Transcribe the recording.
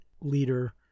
leader